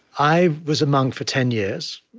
i was a monk for ten years,